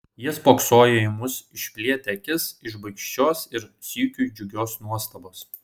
jie spoksojo į mus išplėtę akis iš baikščios ir sykiu džiugios nuostabos